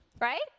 Right